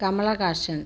Kamal Haasan